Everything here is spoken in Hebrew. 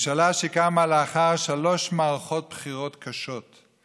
ממשלה שקמה לאחר שלוש מערכות בחירות קשות.